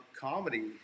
Comedy